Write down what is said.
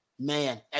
Man